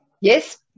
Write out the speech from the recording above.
Yes